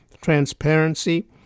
transparency